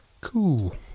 Cool